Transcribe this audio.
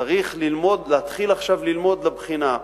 צריך להתחיל עכשיו ללמוד לבחינה,